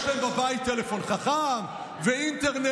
יש להם בבית טלפון חכם ואינטרנט,